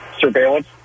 surveillance